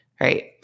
right